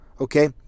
okay